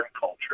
culture